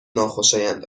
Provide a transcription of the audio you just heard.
ناخوشایند